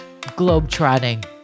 globetrotting